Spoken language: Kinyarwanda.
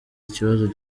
ikibazo